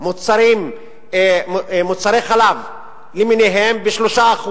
מוצרי חלב למיניהם ב-3%.